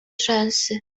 rzęsy